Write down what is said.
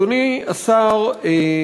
תודה רבה.